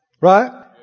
Right